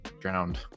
drowned